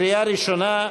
קריאה ראשונה.